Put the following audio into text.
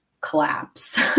collapse